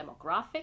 demographic